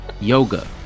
Yoga